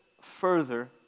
further